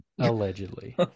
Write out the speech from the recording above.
Allegedly